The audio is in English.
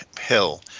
hill